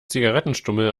zigarettenstummel